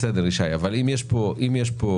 אבל אם יש כאן פתח,